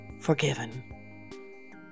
forgiven